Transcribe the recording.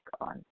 on